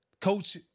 Coach